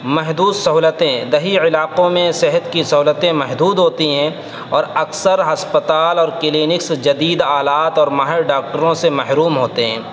محدود سہولتیں دہی علاقوں میں صحت کی سہولتیں محدود ہوتی ہیں اور اکثر ہسپتال اور کلینکس جدید آلات اور ماہر ڈاکٹروں سے محروم ہوتے ہیں